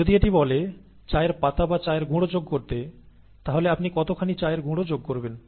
যদি এটি বলে চায়ের পাতা বা চায়ের গুঁড়ো দিতে তাহলে আপনি কতখানি চায়ের গুঁড়ো দেবেন